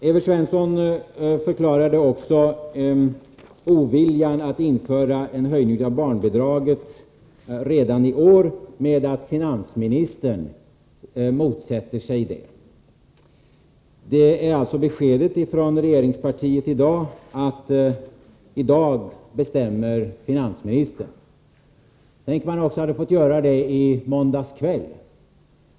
Evert Svensson förklarade också oviljan att införa en höjning av barnbidragen redan i år med att finansministern motsätter sig detta. Det är alltså beskedet från regeringspartiet nu, att i dag bestämmer finansministern. Tänk om han hade fått bestämma också i måndags kväll!